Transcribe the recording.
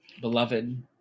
Beloved